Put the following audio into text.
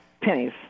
pennies